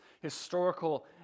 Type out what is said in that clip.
historical